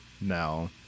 now